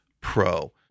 pro